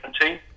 team